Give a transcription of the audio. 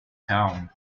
town